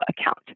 account